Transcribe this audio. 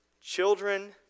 children